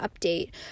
update